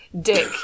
dick